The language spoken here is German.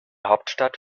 hauptstadt